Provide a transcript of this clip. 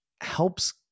helps